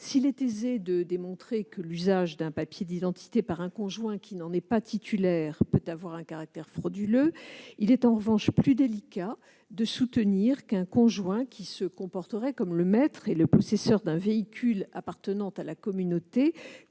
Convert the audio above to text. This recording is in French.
S'il est aisé de démontrer que l'usage d'un papier d'identité par un conjoint qui n'en est pas titulaire peut avoir un caractère frauduleux, il est en revanche plus délicat de soutenir qu'un conjoint qui se comporterait comme le maître et le possesseur d'un véhicule appartenant à la communauté